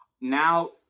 now